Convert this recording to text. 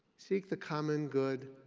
seek the common good.